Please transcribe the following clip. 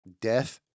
Death